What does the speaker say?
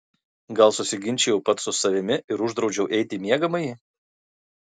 gal susiginčijau pats su savimi ir uždraudžiau eiti į miegamąjį